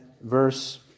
verse